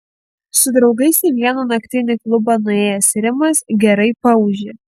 su draugais į vieną naktinį klubą nuėjęs rimas gerai paūžė